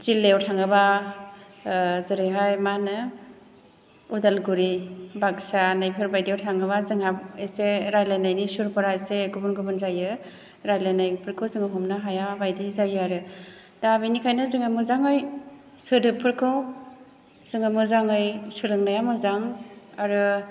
जिल्लायाव थाङोबा जेरैहाय मा होनो उदालगुरि बाकसा नैबेफोरबायदियाव थाङोबा जोंहा एसे रायज्लायनायनि सुरफोरा एसे गुबुन गुबुन जायो रायज्लायनायफोरखौ जोङो हमनो हाया बायदि जायो आरो दा बेनिखायनो जोङो मोजाङै सोदोबफोरखौ जोङो मोजाङै सोलोंनाया मोजां आरो